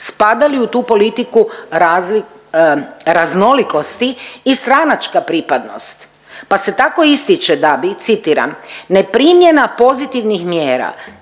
Spada li u tu politiku raznolikosti i stranačka pripadnost, pa se tako ističe da bi, citiram: „neprimjena pozitivnih mjera